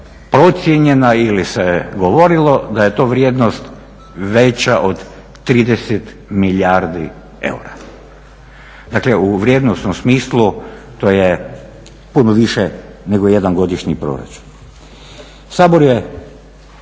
procijenjena ili se govorilo da je to vrijednost veća od 30 milijardi eura. Dakle u vrijednosnom smislu to je puno više nego jedan godišnji proračun. Sabor je